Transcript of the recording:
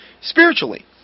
spiritually